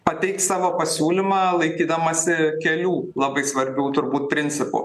pateiks savo pasiūlymą laikydamasi kelių labai svarbių turbūt principų